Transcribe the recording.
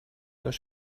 das